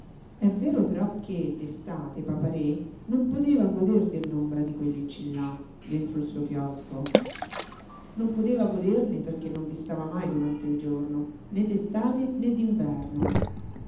è vero però che d'estate papa-re non poteva goder dell'ombra di quei lecci là dentro il suo chiosco non poteva goderne perché non vi stava mai durante il giorno né d'estate né